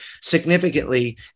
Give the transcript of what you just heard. significantly